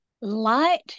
light